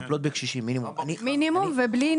מטפלות בקשישים מינימום.